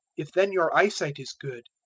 if then your eyesight is good,